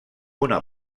una